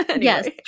yes